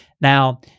Now